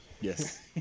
yes